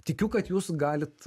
tikiu kad jūs galit